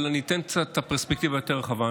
אבל אני אתן פרספקטיבה קצת יותר רחבה.